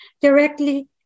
directly